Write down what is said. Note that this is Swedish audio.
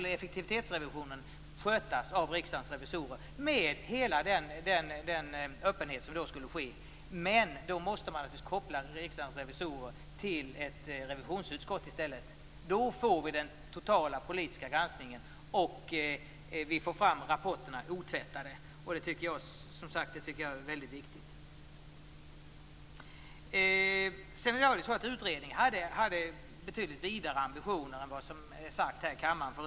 Effektivitetsrevisionen skulle skötas av Riksdagens revisorer med hela den öppenhet som då skulle bli möjlig. Men då måste man naturligtvis koppla Riksdagens revisorer till ett revisionsutskott i stället. Då får vi den totala politiska granskningen, och vi får fram rapporterna otvättade. Det tycker jag som sagt är väldigt viktigt. Utredningen hade betydligt vidare ambitioner än som sagts i kammaren förut.